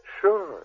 Sure